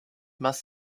must